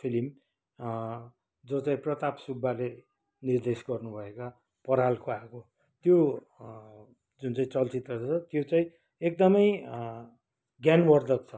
film जो चाहिँ प्रताप सुब्बाले निर्देश गर्नुभएका परालको आगो त्यो जुन चाहिँ चलचित्र छ एकदमै ज्ञानवर्द्धक छ